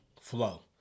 flow